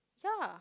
ya